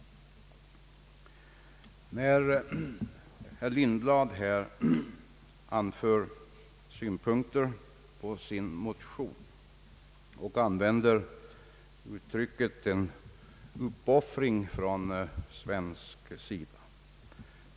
Herr Lindblad anför här synpunkter på sin motion och använder uttrycket »uppoffring från svensk sida».